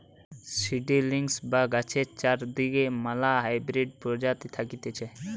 seedlings বা গাছের চরার লিগে ম্যালা হাইব্রিড প্রজাতি থাকতিছে